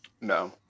No